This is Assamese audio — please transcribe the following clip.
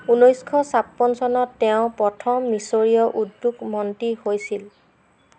ঊনৈছশ ছাপন্ন চনত তেওঁ প্ৰথম মিচৰীয় উদ্যোগ মন্ত্ৰী হৈছিল